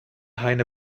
heine